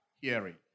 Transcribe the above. hearing